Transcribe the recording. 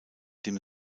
dem